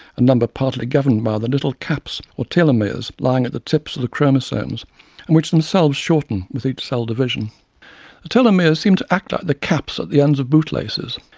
a number partly governed by the little caps, or telomeres, lying at the tips of the chromosomes, and which themselves shorten with each cell division telomeres seem to act like the caps at the ends of bootlaces.